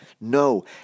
No